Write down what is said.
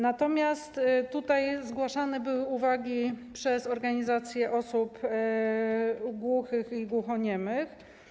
Natomiast tutaj były zgłaszane uwagi przez organizacje osób głuchych i głuchoniemych.